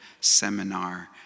seminar